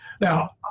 Now